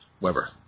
Weber